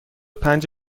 پنج